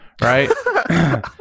right